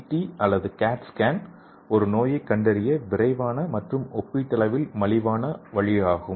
D அல்லது CAT scan ஒரு நோயைக் கண்டறிய விரைவான மற்றும் ஒப்பீட்டளவில் மலிவான வழியாகும்